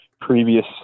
previous